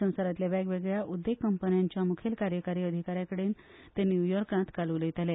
संवसारातल्या वेगवेगळ्या उद्येग कंपन्यांच्या मुखेल कार्यकारी अधिका यांकडेन ते न्यूयॉर्कांत काल उलयताले